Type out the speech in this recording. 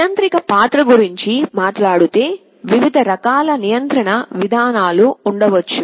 నియంత్రిక పాత్ర గురించి మాట్లాడుతే వివిధ రకాల నియంత్రణ విధానాలు ఉండవచ్చు